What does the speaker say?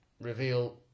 reveal